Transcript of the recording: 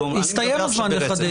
לא, הסתיים הזמן לחדד.